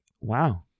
wow